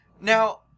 Now